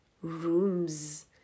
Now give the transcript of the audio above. rooms